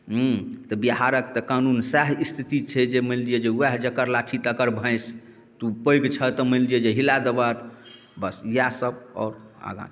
हूँ बिहारके तऽ कानून सएह स्थिति छै जे मानि लिअऽ जे वएह जकर लाठी तकर भैँस तू पैघ छऽ तऽ मानि लिअऽ जे हिला देबहक बस इएहसब आओर आगाँ